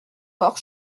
fort